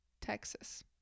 Texas